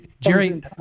Jerry